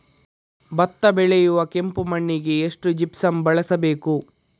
ಭತ್ತ ಬೆಳೆಯುವ ಕೆಂಪು ಮಣ್ಣಿಗೆ ಎಷ್ಟು ಜಿಪ್ಸಮ್ ಬಳಸಬೇಕು?